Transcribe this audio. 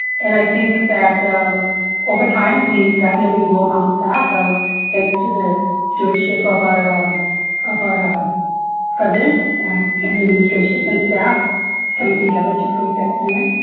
and i think that um over time, we definitely will bounce back, um thanks to the stewardship of our um of our um president and the administration and staff coming together to create that plan.